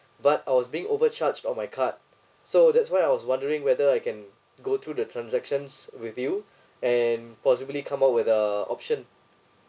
but I was being overcharged on my card so that's why I was wondering whether I can go through the transactions with you and possibly come up with uh option